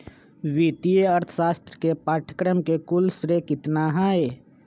वित्तीय अर्थशास्त्र के पाठ्यक्रम के कुल श्रेय कितना हई?